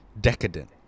decadent